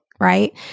right